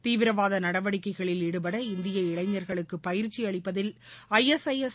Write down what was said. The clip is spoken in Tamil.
தீவிரவாத நடவடிக்கைகளில் ஈடுடட இந்திய இளைஞர்களுக்கு பயிற்சி அளிப்பதில் ஐஎஸ்ஐஎஸ்